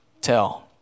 tell